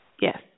Yes